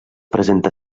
presenta